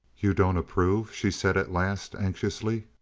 you don't approve? she said at last, anxiously.